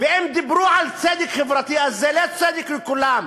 הם דיברו על צדק חברתי, אז זה לא צדק לכולם.